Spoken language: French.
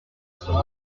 petit